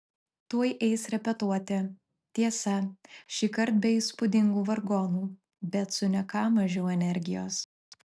tuoj eis repetuoti tiesa šįkart be įspūdingų vargonų bet su ne ką mažiau energijos